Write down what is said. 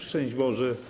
Szczęść Boże!